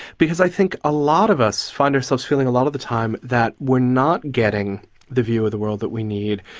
because i think a lot of us find ourselves feeling a lot of the time that we're not getting the view of the world that we need,